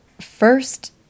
first